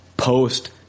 Post